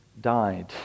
died